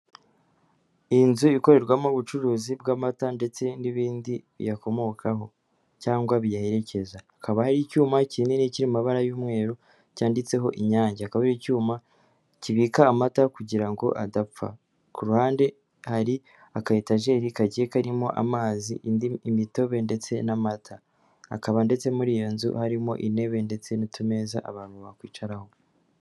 Iyi nzu ikorerwamo ubucuruzi bw'amata ndetse n'ibindi biyakomokaho cyangwa biyaherekeza hakaba hari icyuma kinini cy'amabara y'umweru cyanditseho Inyange hakaba icyuma kibika amata kugira ngo adapfa ku ruhande hari aka etajeri kagiye karimo amazi, imitobe ndetse n'amata akaba ndetse muri iyo nzu harimo intebe ndetse n'utumzae abantu bakwicaraho